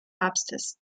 papstes